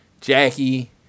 jackie